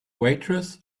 waitress